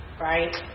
right